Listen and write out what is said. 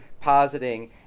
positing